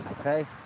okay